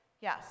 Yes